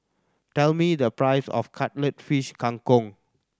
tell me the price of Cuttlefish Kang Kong